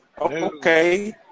okay